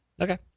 okay